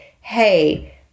hey